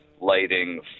lighting